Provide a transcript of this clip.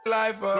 life